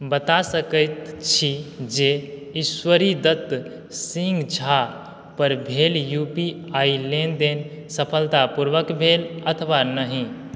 बता सकैत छी जे ईश्वरीदत्त सिंह झा पर भेल यूपीआई लेनदेन सफलतापूर्वक भेल अथवा नहि